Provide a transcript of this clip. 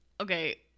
Okay